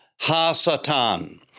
Ha-Satan